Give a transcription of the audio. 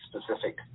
specific